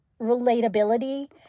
relatability